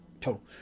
total